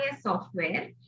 software